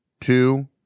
two